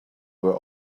were